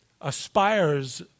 aspires